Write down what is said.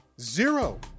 Zero